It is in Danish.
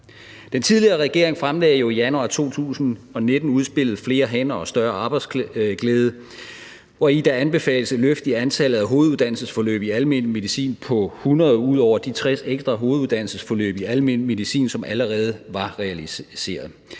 Den tidligere regering fremlagde jo i januar 2019 udspillet »Flere hænder og større arbejdsglæde«, hvori der anbefales et løft i antallet af hoveduddannelsesforløb i almen medicin på 100 ud over de 60 ekstra hoveduddannelsesforløb i almen medicin, som allerede var realiseret.